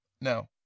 no